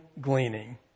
gleaning